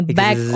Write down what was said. back